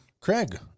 Craig